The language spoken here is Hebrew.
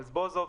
יואל רזבוזוב,